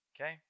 Okay